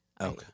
Okay